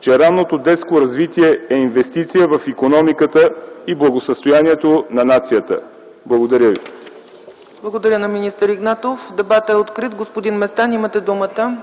че ранното детско развитие е инвестиция в икономиката и в благосъстоянието на нацията. Благодаря ви. ПРЕДСЕДАТЕЛ ЦЕЦКА ЦАЧЕВА: Благодаря на министър Игнатов. Дебатът е открит. Господин Местан, имате думата.